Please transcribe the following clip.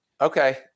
Okay